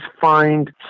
find